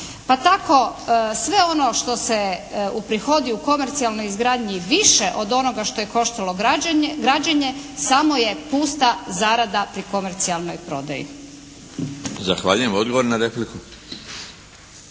Pa tako sve ono što se uprihodi u komercijalnoj izgradnji više od onoga što je koštalo građenje samo je pusta zarada pri komercijalnoj prodaji. **Milinović, Darko